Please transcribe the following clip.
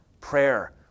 prayer